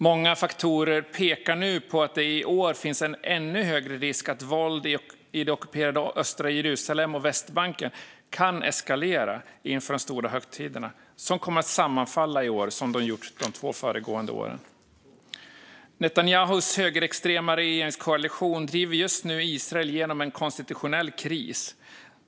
Många faktorer pekar nu på att det i år finns en ännu högre risk för att våld i det ockuperade östra Jerusalem och på Västbanken kan eskalera inför de stora högtiderna som kommer att sammanfalla i år på samma sätt som de två senaste åren. Netanyahus högerextrema regeringskoalition driver just nu Israel genom en konstitutionell kris.